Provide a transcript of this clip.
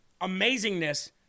amazingness